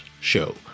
show